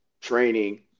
training